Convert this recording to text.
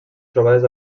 trobades